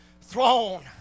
Throne